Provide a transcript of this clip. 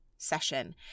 session